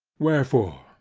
wherefore,